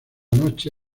noche